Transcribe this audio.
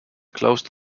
closed